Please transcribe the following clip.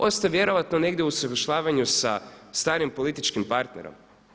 Ostao je vjerojatno negdje na usuglašavanju sa starim političkim partnerom.